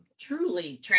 truly